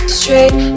straight